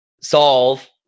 solve